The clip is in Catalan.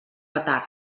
retard